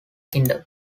kingdom